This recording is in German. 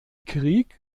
krieg